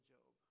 Job